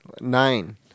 Nine